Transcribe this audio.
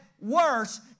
worse